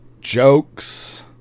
jokes